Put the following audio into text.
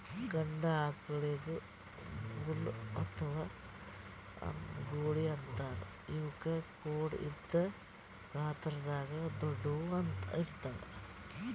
ಗಂಡ ಆಕಳಿಗ್ ಬುಲ್ ಅಥವಾ ಗೂಳಿ ಅಂತಾರ್ ಇವಕ್ಕ್ ಖೋಡ್ ಇದ್ದ್ ಗಾತ್ರದಾಗ್ ದೊಡ್ಡುವ್ ಇರ್ತವ್